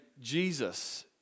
Jesus